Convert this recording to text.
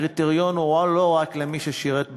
הקריטריון הוא לא רק למי ששירת בצבא,